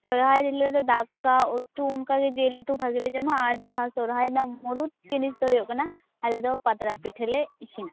ᱥᱚᱦᱚᱨᱟᱭ ᱨᱮᱞᱮ ᱫᱚ ᱫᱟᱠᱟ ᱩᱛᱩ ᱚᱱᱠᱟᱜᱮ ᱡᱤᱞ ᱩᱛᱩ ᱵᱷᱟ ᱜᱤᱞᱮ ᱡᱚᱢᱟ ᱟᱨ ᱡᱟᱦᱟᱸ ᱥᱚᱦᱚᱨᱟᱭ ᱨᱮᱱᱟᱜ ᱢᱩᱲᱩᱛ ᱡᱤᱱᱤᱥ ᱫᱚ ᱦᱩᱭᱩᱜ ᱠᱟᱱᱟ ᱟᱞᱮᱫᱚ ᱯᱟᱛᱲᱟ ᱯᱤᱴᱷᱟ ᱞᱮ ᱤᱥᱤᱱᱟ